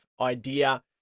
idea